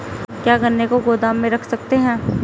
क्या गन्ने को गोदाम में रख सकते हैं?